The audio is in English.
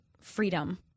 freedom